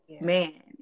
man